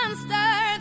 monster